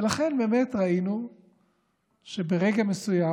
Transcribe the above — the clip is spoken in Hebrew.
ולכן באמת ראינו שברגע מסוים,